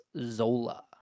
zola